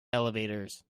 elevators